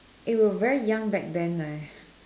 eh we're very young back then leh